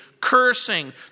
cursing